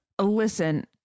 Listen